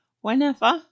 whenever